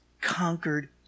conquered